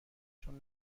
چون